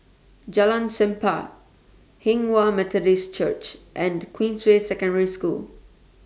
Jalan Chempah Hinghwa Methodist Church and Queensway Secondary School